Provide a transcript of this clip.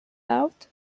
out